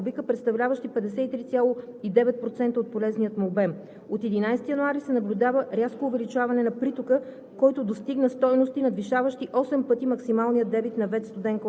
От 6 януари до 13 януари в язовира са постъпили 160 милиона кубика, представляващи 53,9% от полезния му обем. От 11 януари се наблюдава рязко увеличаване на притока,